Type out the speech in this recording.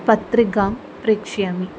पत्रिकां प्रेषयामि